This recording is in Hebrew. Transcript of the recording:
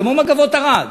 כמו "מגבות ערד".